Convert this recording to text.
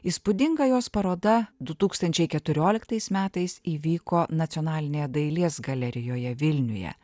įspūdinga jos paroda du tūkstančiai keturioliktais metais įvyko nacionalinėje dailės galerijoje vilniuje